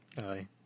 Aye